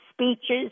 speeches